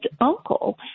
uncle